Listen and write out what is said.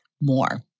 more